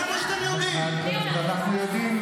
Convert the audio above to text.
ניתן לוודא